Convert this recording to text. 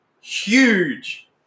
huge